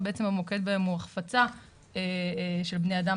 אבל בעצם המוקד בהן הוא החפצה של בני אדם,